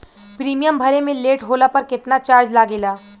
Premium भरे मे late होला पर केतना चार्ज लागेला?